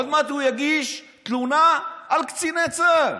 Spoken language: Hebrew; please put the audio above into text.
עוד מעט הוא יגיש תלונה על קציני צה"ל.